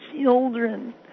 children